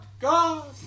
God